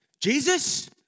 Jesus